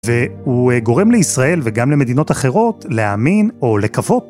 והוא גורם לישראל, וגם למדינות אחרות, להאמין או לקוות.